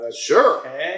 sure